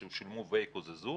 או ישולמו ויקוזזו.